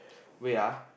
wait ah